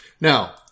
Now